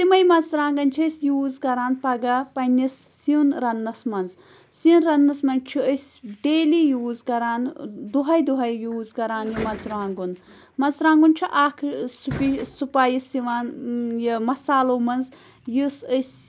تِمے مَژرانٛگَن چھِ أسۍ یوٗز کَران پَگاہ پنٛنِس سیُن رَننَس منٛز سِنۍ رنٛنَس منٛز چھِ أسۍ ڈیلی یوٗز کَران دۄہَے دۄہَے یوٗز کَران یہِ مَژٕرٛوانٛگُن مَژٕرٛانٛگُن چھُ اَکھ سُپی سُپایِس یِوان یہِ مصالو منٛز یُس أسۍ